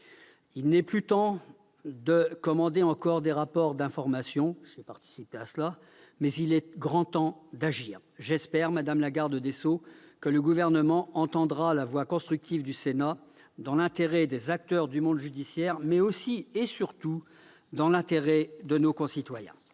Il n'est plus temps de commander de nouveaux rapports d'information- j'ai participé à cela -: il faut agir ! J'espère, madame la garde des sceaux, que le Gouvernement entendra la voix constructive du Sénat, dans l'intérêt des acteurs du monde judiciaire, mais aussi et surtout dans l'intérêt de nos concitoyens.